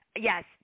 yes